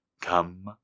Come